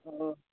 ହଁ